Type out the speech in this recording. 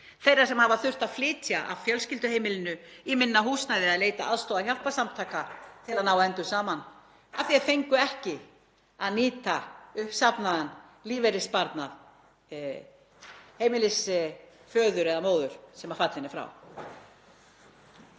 þeirra sem hafa þurft að flytja af fjölskylduheimili í minna húsnæði eða leita aðstoðar hjálparsamtaka til að ná endum saman af því að þeir fengu ekki að nýta uppsafnaðan lífeyrissparnað heimilisföður eða -móður sem fallin er frá.